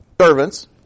servants